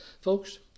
Folks